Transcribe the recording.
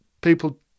people